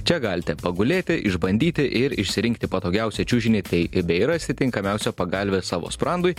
čia galite pagulėti išbandyti ir išsirinkti patogiausią čiužinį bei bei rasti tinkamiausią pagalvę savo sprandui